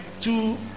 two